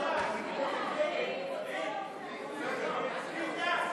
ביטן, ביטן,